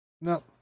No